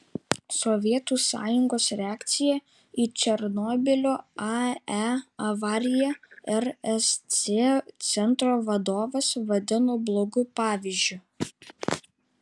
sovietų sąjungos reakciją į černobylio ae avariją rsc centro vadovas vadino blogu pavyzdžiu